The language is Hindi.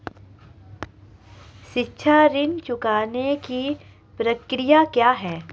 शिक्षा ऋण चुकाने की प्रक्रिया क्या है?